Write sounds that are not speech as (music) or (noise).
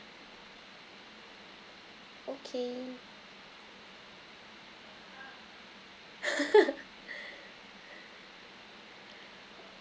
okay (laughs)